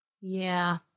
Yeah